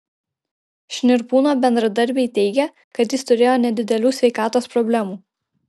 šnirpūno bendradarbiai teigė kad jis turėjo nedidelių sveikatos problemų